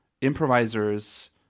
improvisers